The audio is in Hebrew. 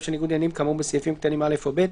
של ניגוד עניינים כאמור בסעיפים קטנים (א) או (ב),